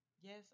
Yes